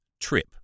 trip